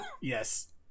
Yes